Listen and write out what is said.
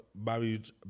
Married